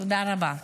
תודה רבה.